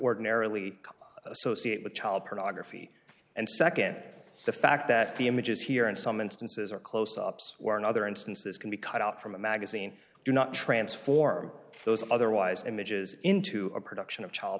ordinarily associate with child pornography and nd the fact that the images here in some instances are close ups or in other instances can be cut out from a magazine do not transform those otherwise images into a production of child